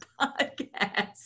podcast